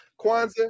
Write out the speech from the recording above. Kwanzaa